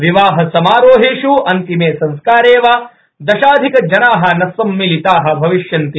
विवाह समारोहेष् अंतिम संस्कारे वा दशाधिकजना न सम्मिलिता भविष्यन्ति